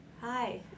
hi